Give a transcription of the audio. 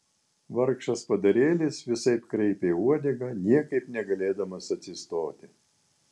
vargšas padarėlis visaip kraipė uodegą niekaip negalėdamas atsistoti